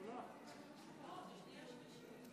כולם מכירים את השיר "הי, דרומה לאילת"